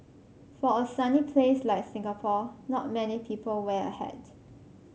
for a sunny place like Singapore not many people wear a hat